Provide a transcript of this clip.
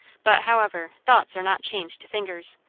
but, however, thoughts are not chained to fingers.